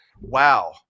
wow